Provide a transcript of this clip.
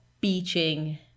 Beaching